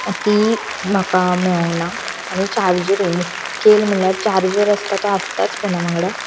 ती म्हाका मेळूंक ना आनी चार्जरींग केलां म्हणल्यार चार्जर आसता तो आसताच फोना वांगडा